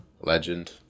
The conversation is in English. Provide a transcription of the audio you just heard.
Legend